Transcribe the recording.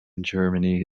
germany